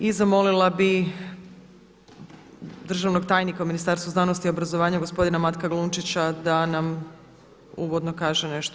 I zamolila bih državnog tajnika u Ministarstvu znanosti, obrazovanja gospodina Matka Glunčića da nam uvodno kaže nešto